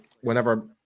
whenever